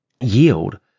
yield